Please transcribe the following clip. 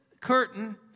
curtain